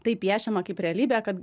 tai piešiama kaip realybė kad